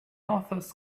authors